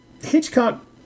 Hitchcock